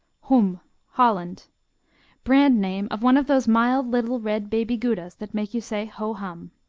hum holland brand name of one of those mild little red baby goudas that make you say ho-hum.